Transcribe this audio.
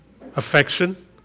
affection